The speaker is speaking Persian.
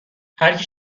هرکی